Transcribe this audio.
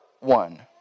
one